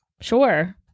Sure